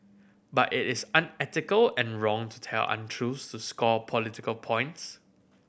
but it is unethical and wrong to tell untruths to score political points